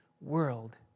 world